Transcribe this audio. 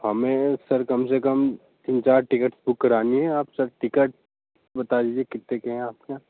हमें सर कम से कम तीन चार टिकट बुक करानी है आप सर टिकट बता दीजिए कितने के हैं आपके यहाँ